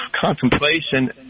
contemplation